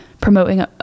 promoting